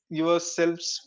yourselves